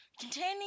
containing